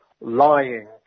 lying